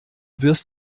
wirfst